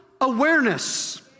awareness